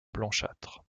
blanchâtre